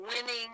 winning